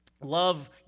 Love